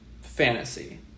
Fantasy